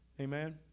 Amen